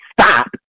stop